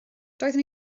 doeddwn